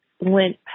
went